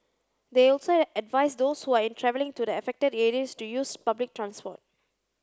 they also advised those who are travelling to the affected areas to use public transport